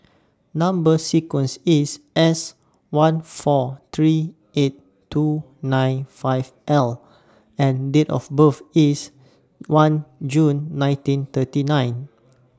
Number sequence IS S one four three eight two nine five L and Date of birth IS one June nineteen thirty nine